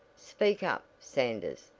speak up, sanders.